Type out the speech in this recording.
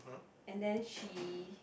and then she